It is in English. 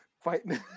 fighting